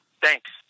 Thanks